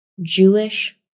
Jewish